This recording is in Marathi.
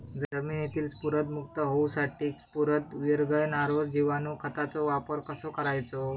जमिनीतील स्फुदरमुक्त होऊसाठीक स्फुदर वीरघळनारो जिवाणू खताचो वापर कसो करायचो?